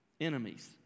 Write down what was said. Enemies